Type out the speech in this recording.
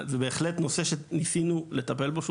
זה בהחלט נושא שניסינו לטפל בו.